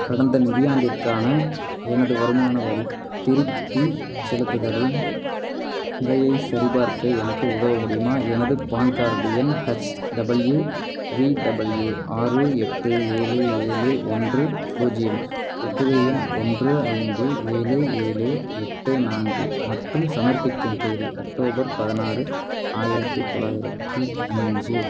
கடந்த நிதியாண்டிற்கான எனது வருமான வரித் திருப்பிச் செலுத்துதலின் நிலையைச் சரிபார்க்க எனக்கு உதவ முடியுமா எனது பான் கார்டு எண் ஹச்டபிள்யூ விடபிள்யூ ஆறு எட்டு ஏழு ஏழு ஒன்று பூஜ்ஜியம் ஒப்புகை எண் ஒன்று ஐந்து ஏழு ஏழு எட்டு நான்கு மற்றும் சமர்ப்பிக்கும் தேதி அக்டோபர் பதினாறு ஆயிரத்தி தொள்ளாயிரத்தி அஞ்சு